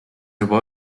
juba